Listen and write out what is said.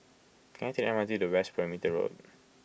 can I take the M R T to West Perimeter Road